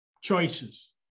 Choices